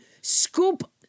scoop